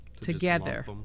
together